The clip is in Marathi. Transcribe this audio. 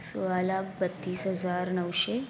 सोळा लाक बत्तीस हजार नऊशे